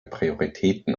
prioritäten